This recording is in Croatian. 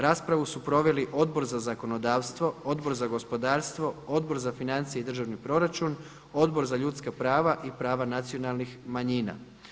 Raspravu su proveli Odbor za zakonodavstvo, Odbor za gospodarstvo, Odbor za financije i državni proračun, Odbor za ljudska prava i prava nacionalnih manjina.